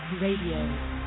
RADIO